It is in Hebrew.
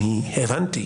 הבנתי.